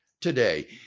today